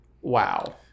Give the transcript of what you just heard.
Wow